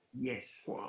yes